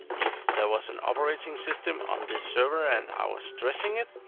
if there was an operating system on this server and i was stressing it,